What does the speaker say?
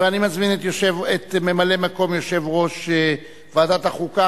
אני מזמין את ממלא-מקום יושב-ראש ועדת החוקה,